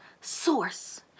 source